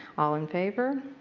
all in favor.